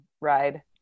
ride